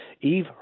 Eve